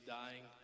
dying